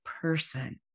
person